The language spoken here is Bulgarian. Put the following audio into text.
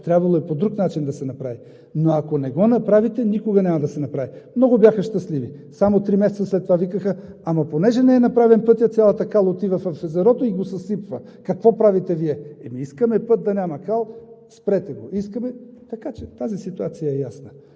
трябвало е по друг начин да се направи, но ако не го направите, никога няма да се направи. Много бяха щастливи! Само три месеца след това викаха: ама понеже не е направен пътят, цялата кал отива в езерото и го съсипва, какво правите Вие? Ами искаме път, да няма кал – спрете го! Искаме… Така че тази ситуация е ясна.